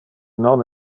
non